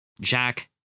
Jack